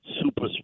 Super